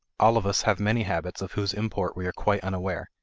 all of us have many habits of whose import we are quite unaware,